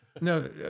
No